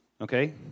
Okay